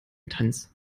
tanz